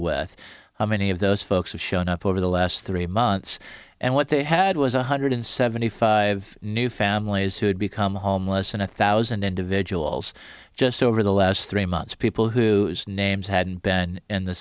with how many of those folks have shown up over the last three months and what they had was one hundred seventy five new families who had become homeless in one thousand individuals just over the last three months people who names hadn't been in the